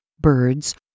birds